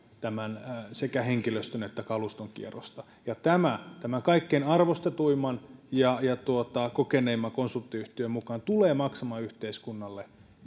sekä henkilöstön että kaluston kierrosta tämä tämä kaikkein arvostetuimman ja kokeneimman konsulttiyhtiön mukaan tulee maksamaan yhteiskunnalle